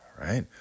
right